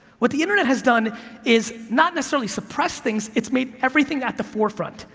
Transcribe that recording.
what the internet has done is not necessarily suppress things, it's made everything at the forefront,